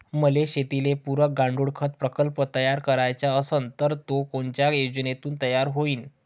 मले शेतीले पुरक गांडूळखत प्रकल्प तयार करायचा असन तर तो कोनच्या योजनेतून तयार होईन?